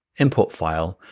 import file.